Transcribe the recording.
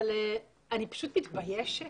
אבל אני פשוט מתביישת.